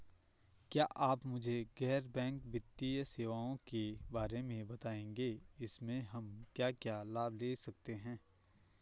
क्या आप मुझे गैर बैंक वित्तीय सेवाओं के बारे में बताएँगे इसमें हम क्या क्या लाभ ले सकते हैं?